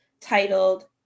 titled